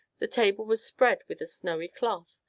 the table was spread with a snowy cloth,